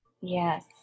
Yes